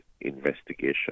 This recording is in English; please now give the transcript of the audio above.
investigation